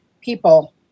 people